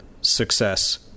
success